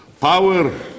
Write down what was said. power